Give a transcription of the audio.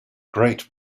great